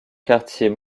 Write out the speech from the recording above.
quartier